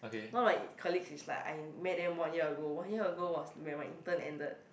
not my colleague is like I met them one year ago one year ago was when my intern ended